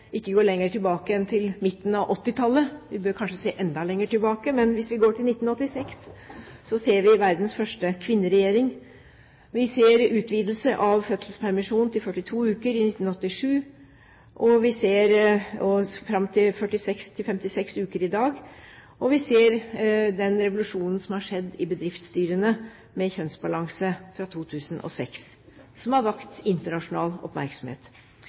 tilbake. Vi bør kanskje se enda lenger tilbake, men hvis vi ikke går lenger tilbake enn til midten av 1980-tallet, til 1986, ser vi verdens første kvinneregjering, vi ser utvidelse av fødselspermisjon til 42 uker i 1987, fram til 46/56 uker i dag, vi ser den revolusjonen som har skjedd fra 2006 med kjønnsbalanse i bedriftsstyrene – som har vakt internasjonal oppmerksomhet